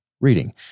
reading